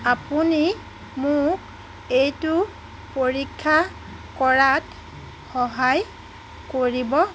আপুনি মোক এইটো পৰীক্ষা কৰাত সহায় কৰিব